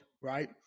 right